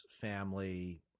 family